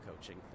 coaching